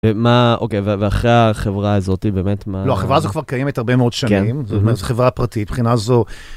ומה, אוקיי, ואחרי החברה הזאת, באמת, מה? לא, החברה הזאת כבר קיימת הרבה מאוד שנים, זאת אומרת, זו חברה פרטית, מבחינה זו...